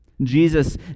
Jesus